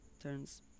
turns